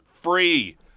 free